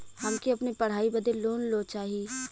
हमके अपने पढ़ाई बदे लोन लो चाही?